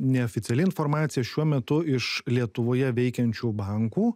neoficiali informacija šiuo metu iš lietuvoje veikiančių bankų